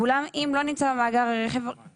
ואולם אם לא נמצא במאגר הרכב